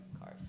cars